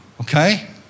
okay